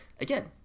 again